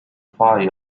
fire